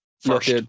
first